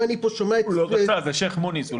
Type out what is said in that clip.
הוא לא רצה בשיח מוניס.